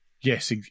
yes